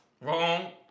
Wrong